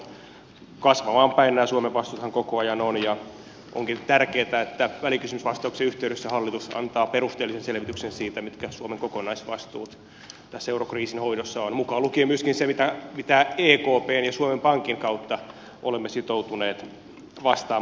kasvamaan päin nämä suomen vastuuthan koko ajan ovat ja onkin tärkeätä että välikysymysvastauksen yhteydessä hallitus antaa perusteellisen selvityksen siitä mitkä suomen kokonaisvastuut tässä eurokriisin hoidossa ovat mukaan lukien myöskin se mitä ekpn ja suomen pankin kautta olemme sitoutuneet vastaamaan